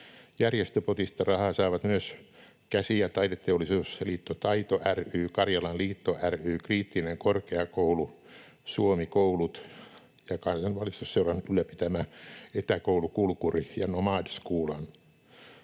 Järjestöpotista rahaa saavat myös Käsi- ja taideteollisuusliitto Taito ry, Karjalan Liitto ry, Kriittinen korkeakoulu, Suomi-koulut ja Kansanvalistusseuran ylläpitämät Etäkoulu Kulkuri ja Nomadskolan.